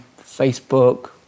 Facebook